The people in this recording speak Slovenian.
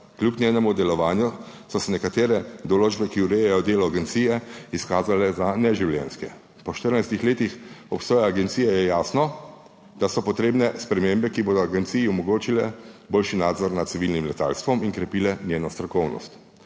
Kljub njenemu delovanju so se nekatere določbe, ki urejajo delo agencije, izkazale za neživljenjske. Po 14 letih obstoja agencije je jasno, da so potrebne spremembe, ki bodo agenciji omogočile boljši nadzor nad civilnim letalstvom in krepile njeno strokovnost.